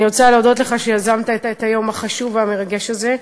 אני רוצה להודות לך על שיזמת את היום החשוב והמרגש הזה.